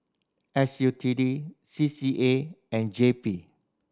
S U T D C C A and J P